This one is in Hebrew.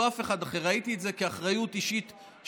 לא אף אחד אחר, ראיתי את זה כאחריות אישית שלי.